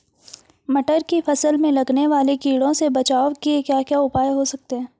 मटर की फसल में लगने वाले कीड़ों से बचाव के क्या क्या उपाय हो सकते हैं?